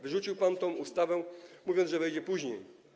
Wyrzucił pan tę ustawę, mówiąc, że wejdzie później.